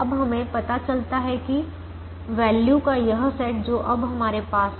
अब हमें पता चला कि वैल्यू का यह सेट जो अब हमारे पास है